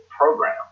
program